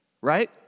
Right